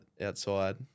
outside